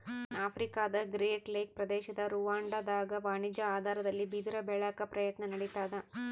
ಆಫ್ರಿಕಾದಗ್ರೇಟ್ ಲೇಕ್ ಪ್ರದೇಶದ ರುವಾಂಡಾದಾಗ ವಾಣಿಜ್ಯ ಆಧಾರದಲ್ಲಿ ಬಿದಿರ ಬೆಳ್ಯಾಕ ಪ್ರಯತ್ನ ನಡಿತಾದ